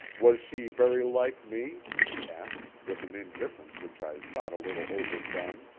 was she very like me? she asked, with an indifference which i thought a little overdone.